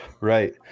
Right